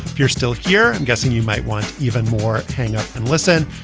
you're still here. i'm guessing you might want even more. hang up and listen.